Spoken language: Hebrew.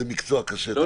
זה מקצוע קשה, תאמין לי.